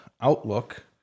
outlook